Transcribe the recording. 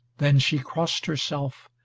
then she crossed herself,